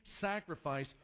sacrifice